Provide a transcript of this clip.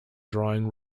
drawing